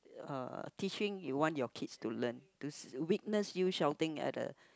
uh teaching you want your kids to learn to witness you shouting at the